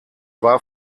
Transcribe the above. war